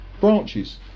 Branches